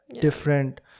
different